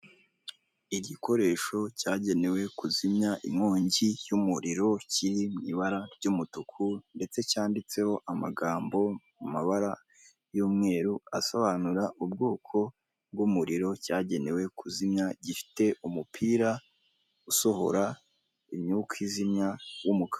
Igikoresho cyagenewe kuzimya inkongi y'umuriro kiri mu ibara ry'umutuku ndetse cyanditseho amagambo mu mabara y'umweru asobanura ubwoko bw'umuriro cyagenewe kuzimya gifite umupira usohora imyuka izimya w'umukara.